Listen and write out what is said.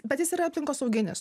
bet jis yra aplinkosauginis